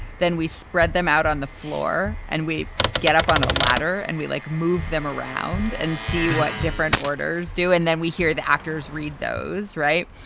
then we spread them out on the floor and we get up on a ladder and we like move them around and see what different orders do. and then we hear the actors read those. right.